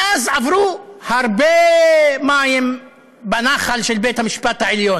מאז עברו הרבה מים בנחל של בית-המשפט העליון.